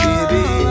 Baby